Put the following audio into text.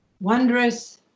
wondrous